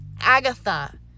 Agatha